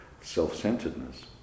self-centeredness